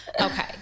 Okay